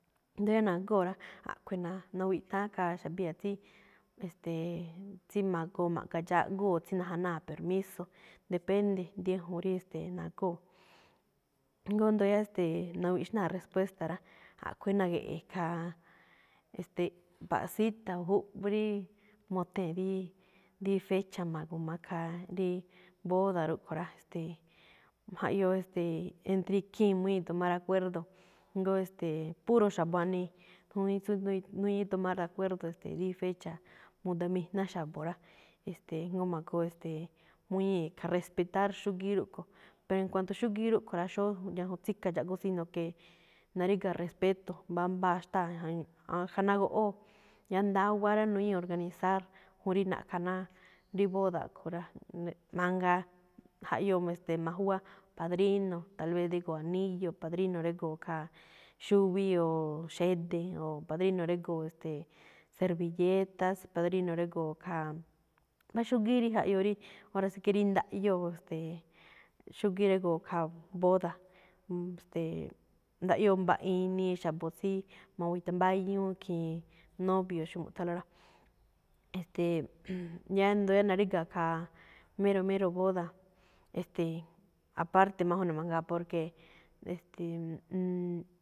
Ndóo yáá nagóo̱ rá, a̱ꞌkhue̱n na- nawiꞌtháán khaa xa̱biya̱ tsí, e̱ste̱e̱, tsí ma̱goo ma̱ꞌga dxáꞌgú o tsí najanáa̱ permiso, depende dí ñajuun rí nagóo̱. Jngó jndo yáá, ste̱e̱, nawiꞌxnáa respuesta rá. A̱ꞌkhue̱n na̱ge̱ꞌe̱ khaa, e̱ste̱e̱, mba̱ꞌ cita júꞌ rí mothee̱n rí- rí fecha ma̱gu̱ma khaa rí boda rúꞌkhue̱n rá, ste̱e̱, jaꞌyoo, e̱ste̱e̱, entre ikhii̱n muñíi̱ tomar acuerdo, jngó e̱ste̱e̱, puro xubuanii, júún tsí nuñíi tomar acuerdo, ste̱e̱, rí fecha mudamijná xa̱bo̱ rá, e̱ste̱e̱, jngó ma̱goo, e̱ste̱e̱, muñíi̱ khaa respetar xúgíí rúꞌkho̱. Pero en cuanto, xúgíí rúꞌkho̱ rá, xóó tsíka̱ dxáꞌgú, sino que naríga̱ respeto, mbámbáa xtáa jan- jan- ná goꞌwóo. Yáá ndáwáá rá, nuñíi̱ organizar, muu rí na̱ꞌkha náa rí boda a̱ꞌkho̱ꞌ rá, neꞌ-mangaa, jaꞌyoo ma̱júwá padrino, tal vez drígo̱o̱ anillo, padrino régo̱o̱ khaa xuvi, oo xede̱, oo padrino régo̱o̱ ste̱e̱ servilletas, padrino régo̱o̱ khaa, mbá xúgíí rí jaꞌyoo rí, ora sí que sí rí ndaꞌyóo, ste̱e̱, xúgíí régo̱o̱ khaa boda. E̱ste̱e̱, ndaꞌyóo mbaꞌiin inii xa̱bo̱ tsí ma̱witambáñúú khiin novio, xóo mu̱ꞌthánlóꞌ rá. E̱ste̱e̱, yáá ndo naríga̱ khaa, mero, mero boda, e̱ste̱e̱, aparte máꞌ juun ne̱ mangaa, porque e̱ste̱e̱.